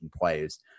players